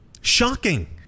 Shocking